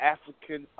African